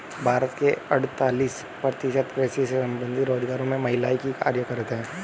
भारत के अड़तालीस प्रतिशत कृषि से संबंधित रोजगारों में महिलाएं ही कार्यरत हैं